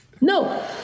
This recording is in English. No